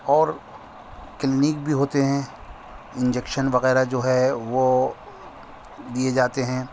اور کلینک بھی ہوتے ہیں انجیکشن وغیرہ جو ہے وہ دیے جاتے ہیں